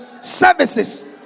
services